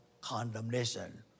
condemnation